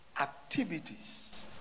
activities